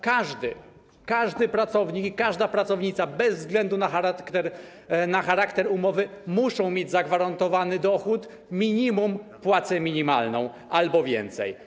Każdy pracownik i każda pracownica, bez względu na charakter umowy, muszą mieć zagwarantowany dochód, minimum płacę minimalną albo więcej.